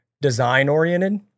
design-oriented